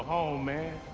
home, man.